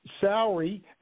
salary